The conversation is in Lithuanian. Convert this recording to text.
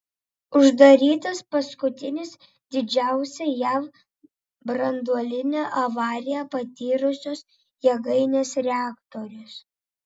uždarytas paskutinis didžiausią jav branduolinę avariją patyrusios jėgainės reaktorius